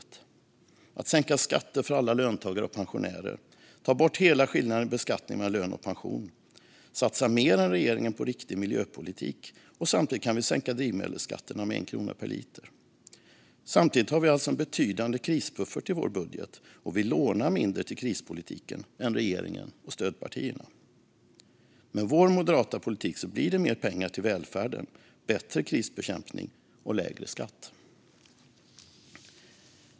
Det ger utrymme att sänka skatten för alla löntagare och pensionärer, ta bort hela skillnaden i beskattning mellan lön och pension, satsa mer än regeringen på riktig miljöpolitik och sänka drivmedelsskatterna med 1 krona per liter. Samtidigt har vi alltså en betydande krisbuffert i vår budget, och vi lånar mindre till krispolitiken än regeringen och stödpartierna. Med vår moderata politik blir det mer pengar till välfärden, bättre krisbekämpning och lägre skatt.